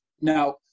Now